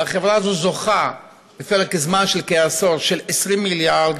והחברה הזאת זוכה בפרק זמן של כעשור ל-20 מיליארד